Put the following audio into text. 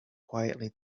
quietly